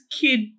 kid